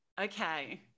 okay